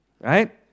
Right